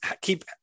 keep